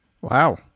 Wow